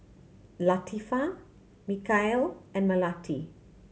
Latifa Mikhail and Melati